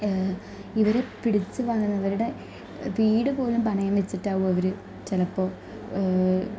ഇവരെ പിടിച്ചു വാങ്ങുന്നവരുടെ വീട് പോലും പണയം വെച്ചിട്ടാകും അവർ ചിലപ്പോൾ